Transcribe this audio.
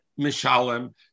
Mishalem